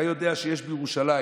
אתה יודע שיש בירושלים,